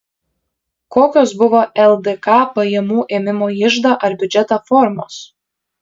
kokios buvo ldk pajamų ėmimo į iždą ar biudžetą formos